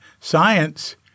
science